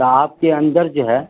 تو آپ کے اندر جو ہے